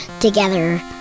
together